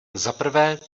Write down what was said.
zaprvé